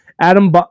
Adam